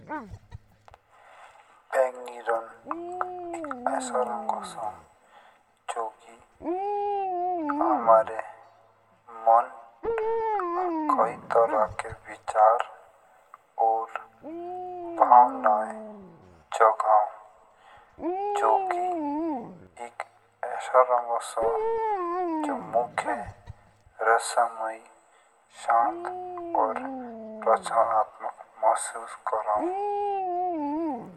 बैंगनी रंग एक असा रंग ओसो जो कि आमारे मन और कए त्र के विचार और भावनाय जगाउ जो कि एक एसा रंग ओसो जो मुके। रहस्यमयी शान्त और रचनात्मक महसुस करा हु।